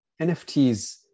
NFTs